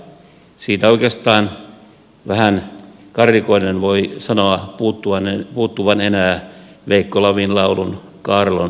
siitä oikeastaan vähän karrikoiden voi sanoa puuttuvan enää veikko lavin laulun kaarlon kalossit